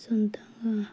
సొంతంగా